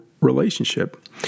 relationship